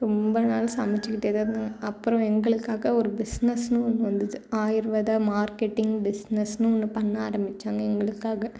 ரொம்ப நாள் சமைத்துக்கிட்டே தான் இருந்தாங்க அப்புறம் எங்களுக்காக ஒரு பிசினஸுனு ஒன்று வந்துது ஆயரருவா தான் மார்க்கெட்டிங் பிசினஸுனு ஒன்று பண்ண ஆரம்பித்தாங்க எங்களுக்காக